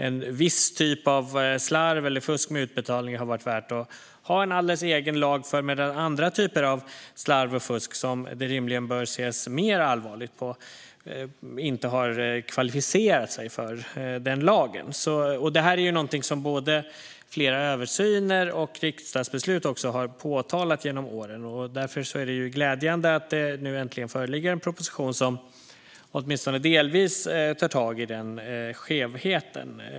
En viss typ av slarv eller fusk med utbetalning har varit värt att ha en alldeles egen lag för, medan andra typer av slarv och fusk, som det rimligen bör ses mer allvarligt på, inte har kvalificerat sig för den lagen. Det här är någonting som både flera översyner och riksdagsbeslut har påtalat genom åren. Därför är det glädjande att det nu äntligen föreligger en proposition som åtminstone delvis tar tag i den skevheten.